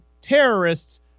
terrorists